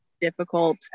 difficult